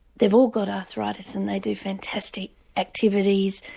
they've all got arthritis and they do fantastic activities,